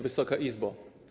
Wysoka Izbo!